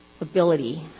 ability